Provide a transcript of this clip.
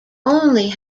only